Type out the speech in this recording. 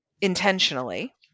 intentionally